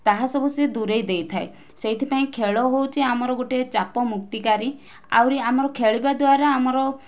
ତାହା ସବୁ ସେ ଦୁରେଇ ଦେଇଥାଏ ସେଥିପାଇଁ ଖେଳ ହେଉଛି ଆମର ଗୋଟିଏ ଚାପ ମୁକ୍ତିକାରୀ ଆହୁରି ଆମର ଖେଳିବା ଦ୍ୱାରା ଆମର